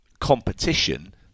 competition